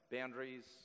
Boundaries